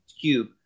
cube